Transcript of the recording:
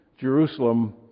Jerusalem